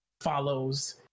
follows